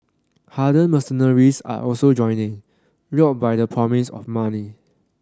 hardened mercenaries are also joining lured by the promise of money